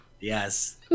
Yes